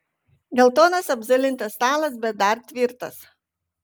geltonas apzulintas stalas bet dar tvirtas